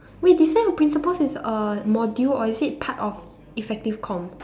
wait this one your principles is a module or is it part of effective come